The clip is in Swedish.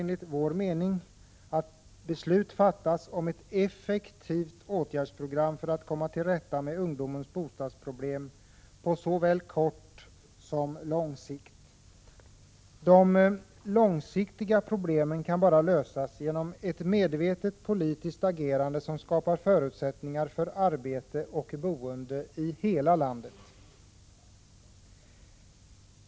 Enligt vår mening krävs därför att beslut fattas om ett effektivt åtgärdsprogram för att komma till rätta med ungdomens bostadsproblem på såväl kort som lång sikt. De långsiktiga problemen kan bara lösas genom ett medvetet politiskt agerande som skapar förutsättningar för arbete och boende i hela landet.